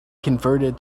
converted